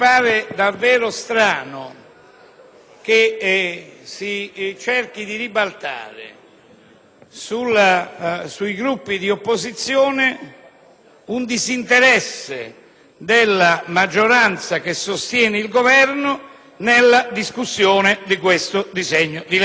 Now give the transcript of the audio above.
che si cerchi di ribaltare sui Gruppi di opposizione un disinteresse della maggioranza che sostiene il Governo nei confronti della discussione di questo disegno di legge. Questo è nei fatti.